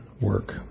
work